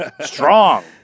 strong